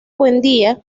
buendía